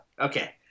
okay